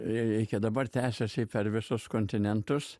e čia dabar tęsiasi per visus kontinentus